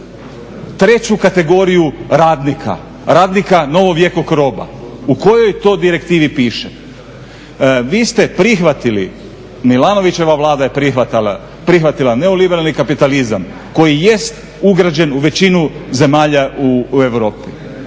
Treću kategoriju radnika? Radnika novovjekog roba? U kojoj to direktivi piše? Vi ste prihvatili, Milanovićeva Vlada je prihvatila neoliberalni kapitalizam koji jest ugrađen u većinu zemalja u Europi.